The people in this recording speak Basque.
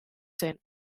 zen